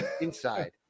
inside